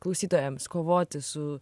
klausytojams kovoti su